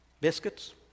biscuits